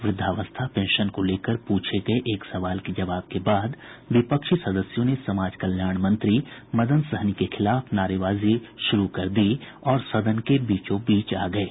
वृद्धावस्था पेंशन को लेकर प्रछे गये एक सवाल के जवाब के बाद विपक्षी सदस्यों ने समाज कल्याण मंत्री मदन सहनी के खिलाफ नारेबाजी शुरू कर दी और सदन के बीचोंबीच आ गये